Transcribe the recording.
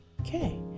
Okay